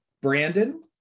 brandon